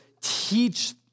Teach